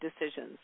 decisions